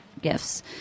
gifts